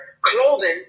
clothing